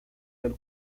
del